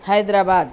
Hyderabad